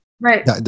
Right